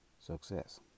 success